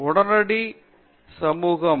பேராசிரியர் பிரதாப் ஹரிதாஸ் உடனடி சமூகம்